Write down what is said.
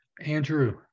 Andrew